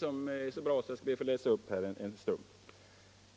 Den är så bra att jag här vill läsa upp en stump: